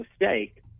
mistake